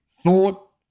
thought